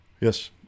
yes